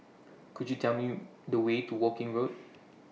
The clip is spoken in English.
Could YOU Tell Me The Way to Woking Road